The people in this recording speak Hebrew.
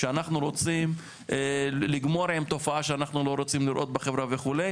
שאנחנו רוצים לגמור עם תופעה שאנחנו לא רוצים לראות בחברה וכו'.